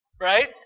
Right